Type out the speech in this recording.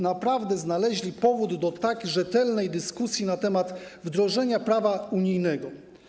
Naprawdę znaleźliście powód do tak rzetelnej dyskusji na temat wdrożenia prawa unijnego.